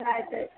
ಆಯ್ತು ಆಯ್ತು